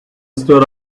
stood